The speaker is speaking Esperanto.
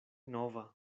nova